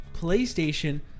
playstation